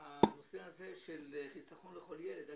הנושא הזה של חיסכון לכל ילד - אגב,